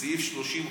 לסעיף 30,